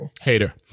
Hater